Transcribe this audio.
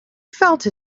felt